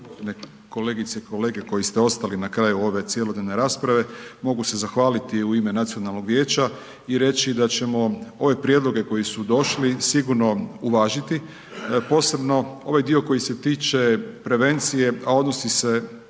Kolegice i kolege koji ste ostali na kraju ove cjelodnevne rasprave, mogu se zahvaliti u ime Nacionalnog vijeća i reći da ćemo ove prijedloge koji su došli, sigurno uvažiti, posebno ovaj dio koji se tiče prevencije a odnosi se